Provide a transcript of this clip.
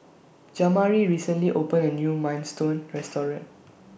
Jamari recently opened A New Minestrone Restaurant